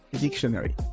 Dictionary